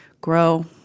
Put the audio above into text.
grow